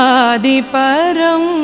adiparam